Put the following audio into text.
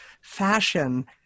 fashion